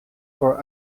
for